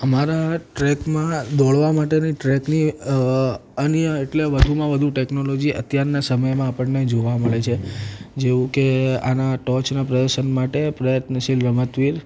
અમારા ટ્રેકમાં દોડવા માટેની ટ્રેકની અન્ય એટલે વધુમાં વધુ ટેક્નોલૉજી અત્યારના સમયમાં આપણને જોવા મળે છે જેવુ કે આના ટોચનાં પ્રદર્શન માટે પ્રયત્નશીલ રમતવીર